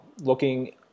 looking